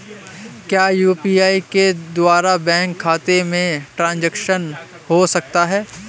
क्या यू.पी.आई के द्वारा बैंक खाते में ट्रैन्ज़ैक्शन हो सकता है?